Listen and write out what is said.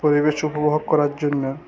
পরিবেশ উপভোগ করার জন্য